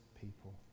people